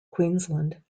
queensland